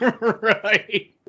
Right